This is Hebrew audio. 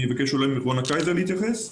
אני אבקש מרונה קייזר להתייחס לזה.